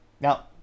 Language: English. now